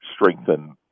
strengthen